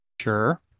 Sure